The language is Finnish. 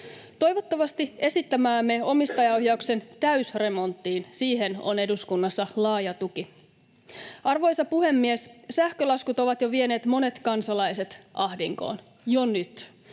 Toivottavasti esittämäämme omistajaohjauksen täysremonttiin on eduskunnassa laaja tuki. Arvoisa puhemies! Sähkölaskut ovat jo ajaneet monet kansalaiset ahdinkoon — jo nyt.